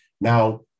Now